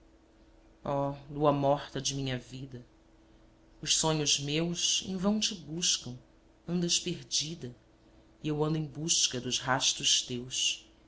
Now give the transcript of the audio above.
gozo oh lua morta de minha vida os sonhos meus em vão te buscam andas perdida e eu ando em busca dos rastos teus